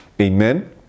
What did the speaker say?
Amen